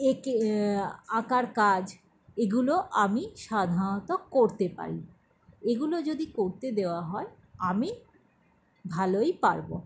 একে আঁকার কাজ এগুলো আমি সাধারণত করতে পারি এগুলো যদি করতে দেওয়া হয় আমি ভালোই পারবো